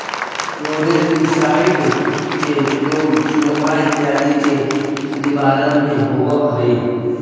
rodenticide के प्रयोग चुहा इत्यादि के निवारण में होवऽ हई